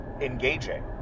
engaging